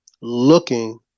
looking